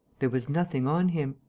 there was nothing on him.